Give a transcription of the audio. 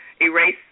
erase